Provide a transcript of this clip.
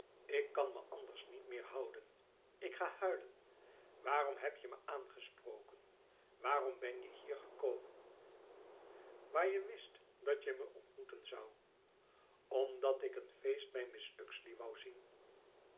ik kan me anders niet meer houden ik ga huilen waarom heb je me aangesproken waarom ben je hier gekomen waar je wist dat je me ontmoeten zoû omdat ik een feest bij mrs uxeley woû zien